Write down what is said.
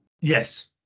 yes